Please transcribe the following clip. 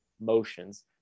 motions